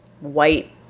white